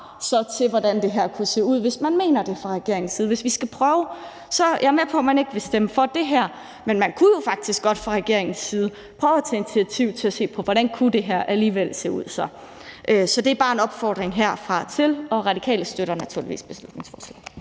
til hvordan det her kunne se ud, hvis man mener det fra regeringens side. Jeg er med på, at man ikke vil stemme for det her, men man kunne jo alligevel godt fra regeringens side prøve at tage initiativ til at se på, hvordan det her kunne se ud. Så det er bare en opfordring herfra, og Radikale støtter naturligvis beslutningsforslaget.